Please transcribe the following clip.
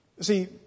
See